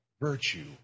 virtue